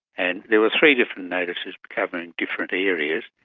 and there were three different notices covering different areas,